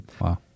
Wow